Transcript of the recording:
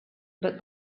but